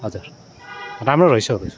हजुर राम्रो रहेछ हौ दाजु